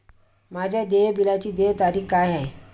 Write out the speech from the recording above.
माझ्या देय बिलाची देय तारीख काय आहे?